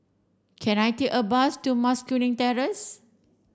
can I take a bus to Mas Kuning Terrace